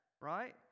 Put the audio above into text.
right